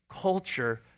culture